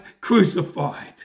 Crucified